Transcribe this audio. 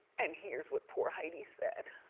and here's what poor heidi said.